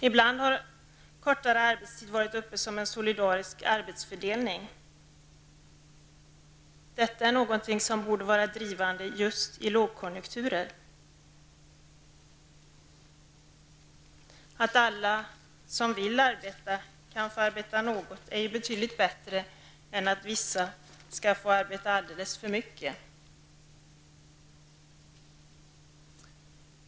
Ibland har kortare arbetstid varit uppe som en solidarisk arbetsfördelning. Detta är någonting som borde vara drivande just i lågkonjunkturer. Att alla som vill arbeta kan få arbeta något är ju betydligt bättre än att vissa skall få arbeta alldeles för mycket.